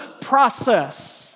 process